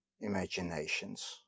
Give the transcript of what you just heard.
imaginations